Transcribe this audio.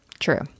true